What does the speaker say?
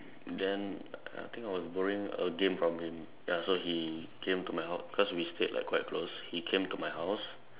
then I think I was borrowing a game from him ya so he came to my house cause we stayed like quite close he came to my house